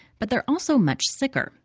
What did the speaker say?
but they're also much sicker,